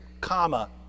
comma